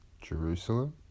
Jerusalem